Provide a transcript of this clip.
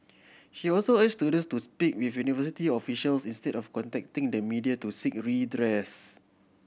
she also urge students to speak with university officials instead of contacting the media to seek redress